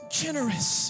generous